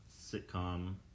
sitcom